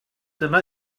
dyma